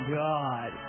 god